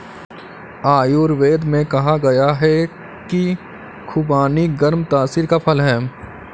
आयुर्वेद में कहा गया है कि खुबानी गर्म तासीर का फल है